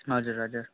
हजुर हजुर